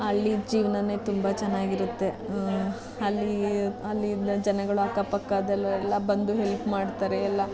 ಹಳ್ಳಿ ಜೀವ್ನವೇ ತುಂಬ ಚೆನ್ನಾಗಿರುತ್ತೆ ಅಲ್ಲಿ ಅಲ್ಲಿಂದ ಜನಗಳು ಅಕ್ಕ ಪಕ್ಕ ಅದೆಲ್ಲ ಎಲ್ಲ ಬಂದು ಹೆಲ್ಪ್ ಮಾಡ್ತಾರೆ ಎಲ್ಲ